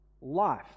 life